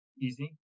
easy